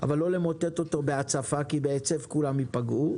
אבל לא למוטט אותו בהצפה, כי בהיצף כולם ייפגעו.